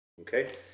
okay